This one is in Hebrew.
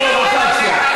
זו פרובוקציה,